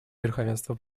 верховенства